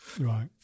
Right